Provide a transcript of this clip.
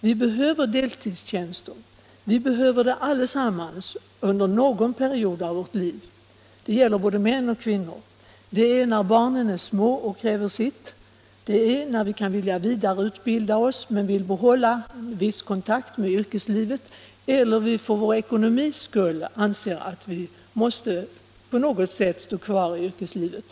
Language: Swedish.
Vi behöver deltidstjänster, vi behöver det allesammans under någon period av vårt liv. Det gäller både män och kvinnor. Det är när barnen är små och kräver sitt, det är när vi kan vilja vidareutbilda oss men vill behålla en viss kontakt med yrkeslivet eller när vi för vår eko nomis skull anser att vi måste på något sätt stå kvar i yrkeslivet.